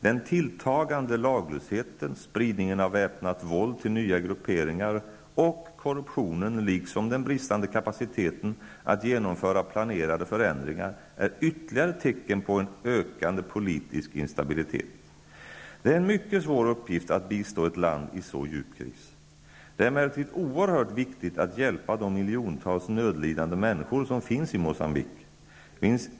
Den tilltagande laglösheten, spridningen av väpnat våld till nya grupperingar och korruptionen liksom den bristande kapaciteten att genomföra planerade förändringar är ytterligare tecken på en ökande politisk instabilitet. Det är en mycket svår uppgift att bistå ett land i så djup kris. Det är emellertid oerhört viktigt att hjälpa de miljontals nödlidande människor som finns i Moçambique.